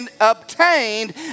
obtained